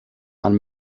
man